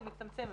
הוא מצטמצם.